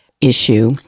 issue